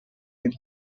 milk